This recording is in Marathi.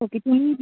ओके तुम्ही